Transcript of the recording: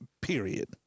Period